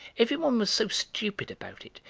every one was so stupid about it,